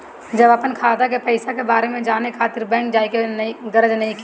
अब अपना खाता के पईसा के बारे में जाने खातिर बैंक जाए के गरज नइखे